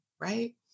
right